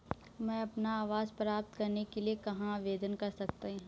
मैं अपना आवास प्राप्त करने के लिए कहाँ आवेदन कर सकता हूँ?